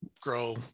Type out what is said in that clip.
grow